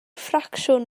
ffracsiwn